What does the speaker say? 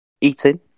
Eating